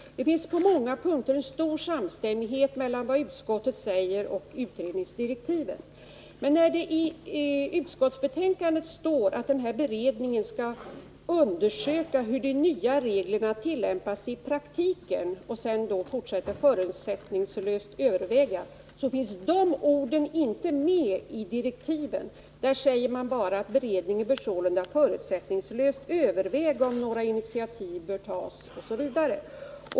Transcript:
Det finns en stor samstämmighet mellan vad utskottet säger och utredningsdirektiven. Men i utskottsbetänkandet heter det att beredningen skall ”undersöka hur de nya reglerna tillämpas i praktiken” och förutsättningslöst överväga om några initiativ bör tas. De orden finns inte med i direktiven. Där heter det bara att beredningen förutsättningslöst bör överväga om några initiativ bör tas.